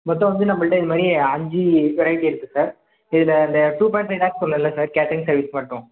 மொத்தம் வந்து நம்மள்கிட்ட இது மாதிரி அஞ்சு வெரைட்டி இருக்குது சார் இதில் அந்த டூ பாய்ண்ட் ஃபைவ் லேக்ஸ் சொன்னேன்ல சார் கேட்டரிங் சர்வீஸ் மட்டும்